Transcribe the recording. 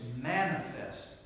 Manifest